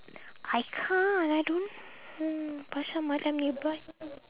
I can't I don't know pasar malam nearby